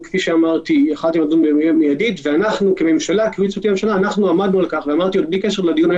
כמובן להציב גבולות וקווים אדומות בהם אנחנו חושבים שהדבר בלתי אפשרי,